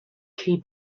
key